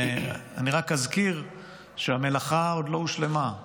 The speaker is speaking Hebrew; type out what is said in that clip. אני רק אזכיר שהמלאכה עוד לא הושלמה.